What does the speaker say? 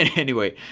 and anyway,